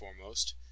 foremost